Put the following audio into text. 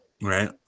Right